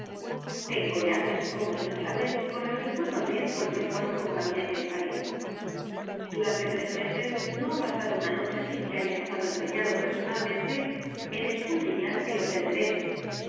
o llaves como vd sabe con las que puedo abrir cualquier cuarto ó gabinete en parís durante tres meses no ha pasado una noche sin que haya estado empeñado personalmente en escudriñar el la carta robada hotel de